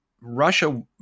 Russia